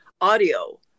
audio